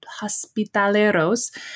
hospitaleros